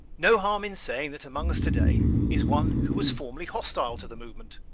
no harm in saying that among us to-day is one who was formerly hostile to the movement,